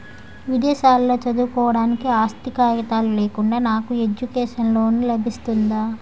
విదేశాలలో చదువుకోవడానికి ఆస్తి కాగితాలు లేకుండా నాకు ఎడ్యుకేషన్ లోన్ లబిస్తుందా?